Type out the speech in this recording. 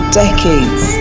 decades